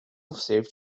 saved